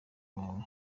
bawe